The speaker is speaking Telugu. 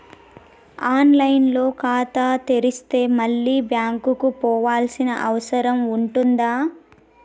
ఆన్ లైన్ లో ఖాతా తెరిస్తే మళ్ళీ బ్యాంకుకు పోవాల్సిన అవసరం ఉంటుందా?